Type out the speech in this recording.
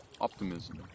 optimism